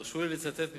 הרשו לי לצטט מפסק-הדין: